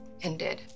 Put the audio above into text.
ended